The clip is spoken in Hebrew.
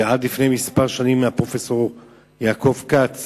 ועד לפני כמה שנים הפרופסור יעקב כץ